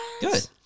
Good